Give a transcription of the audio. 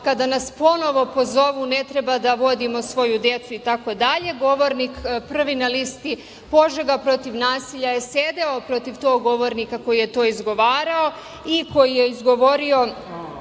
kada nas ponovo pozovu ne treba da vodimo svoju decu itd. Govornik prvi na listi "Požega protiv nasilja" je sedeo pored tog govornika koji je to izgovarao i koji je izgovorio